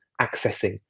accessing